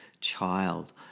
child